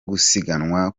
gusiganwa